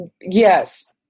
Yes